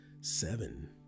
seven